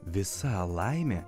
visa laimė